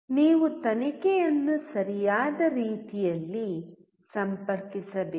ನೀವು ತನಿಖೆಯನ್ನು ಸರಿಯಾದ ರೀತಿಯಲ್ಲಿ ಸಂಪರ್ಕಿಸಬೇಕು